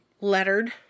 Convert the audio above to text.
lettered